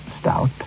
stout